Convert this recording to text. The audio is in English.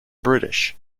british